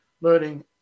learning